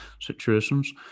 situations